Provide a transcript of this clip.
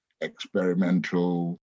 experimental